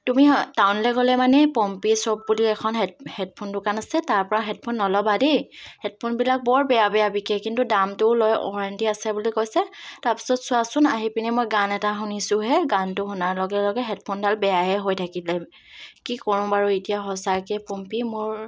তুমি টাউনলৈ গ'লে মানে এই পম্পী শ্বপ বুলি এখন হেডফোন দোকান আছে তাৰ পৰা হেডফোন নল'বা দেই হেডফোনবিলাক বৰ বেয়া বেয়া বিকে কিন্তু দামটোও লয় ওৱাৰেণ্টি আছে বুলি কৈছে তাৰপাছত চোৱাচোন আহি পিনি মই গান এটা শুনিছোঁহে গানটো শুনাৰ লগে লগে হেডফোনডাল বেয়াই হৈ থাকিলে কি ক'ম বাৰু এতিয়া সঁচাকৈ পম্পী মোৰ